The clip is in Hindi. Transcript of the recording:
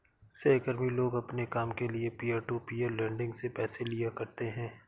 सहकर्मी लोग अपने काम के लिये पीयर टू पीयर लेंडिंग से पैसे ले लिया करते है